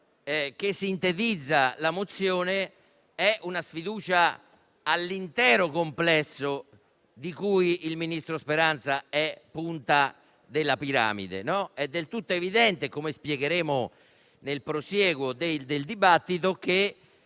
che sintetizza la mozione si riferisce all'intero complesso di cui il ministro Speranza rappresenta la punta della piramide. È del tutto evidente, come spiegheremo nel prosieguo del dibattito, che